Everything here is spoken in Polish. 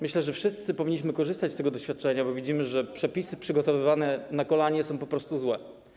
Myślę, że wszyscy powinniśmy korzystać z tego doświadczenia, bo widzimy, że przepisy przygotowywane na kolanie są po prostu złe.